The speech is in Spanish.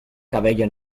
cabello